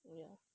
oh ya